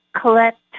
collect